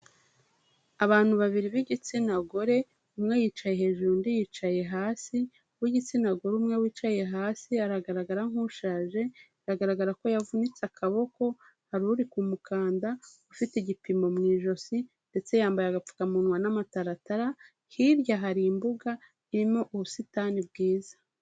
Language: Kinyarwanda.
Abantu babiri b'igitsina gore, umwe yicaye hejuru undi yicaye hasi, uw'igitsina gore umwe wicaye hasi aragaragara nk'ushaje biragaragara ko yavunitse akaboko, hari uri mukanda ufite igipimo mu ijosi ndetse yambaye agapfukamunwa n'amataratara, hirya hari imbuga irimo ubusitani bwiza.